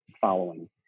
following